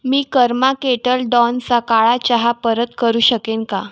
मी Karma Kettle डॉनचा काळा चहा परत करू शकेन का